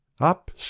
Up